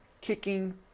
kicking